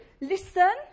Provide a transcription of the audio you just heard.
Listen